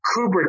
Kubrick